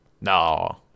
No